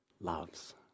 loves